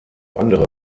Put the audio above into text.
andere